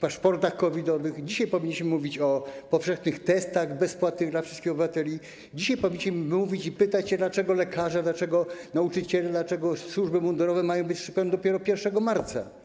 paszportach COVID-owych; dzisiaj powinniśmy mówić o powszechnych testach, bezpłatnych dla wszystkich obywateli; dzisiaj powinniśmy mówić i pytać, dlaczego lekarze, dlaczego nauczyciele, dlaczego służby mundurowe mają być szczepieni dopiero 1 marca.